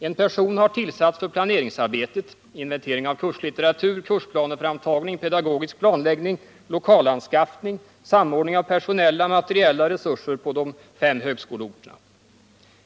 En person har tillsatts för planeringsarbetet — inventering av kurslitteratur, kursplaneframtagning, pedagogisk planläggning, lokalanskaffning, samordning av personella och materiella resurser på de fem högskoleorterna osv.